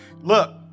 look